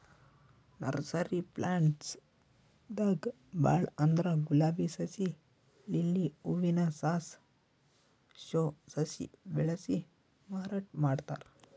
nursery plants ದಾಗ್ ಭಾಳ್ ಅಂದ್ರ ಗುಲಾಬಿ ಸಸಿ, ಲಿಲ್ಲಿ ಹೂವಿನ ಸಾಸ್, ಶೋ ಸಸಿ ಬೆಳಸಿ ಮಾರಾಟ್ ಮಾಡ್ತಾರ್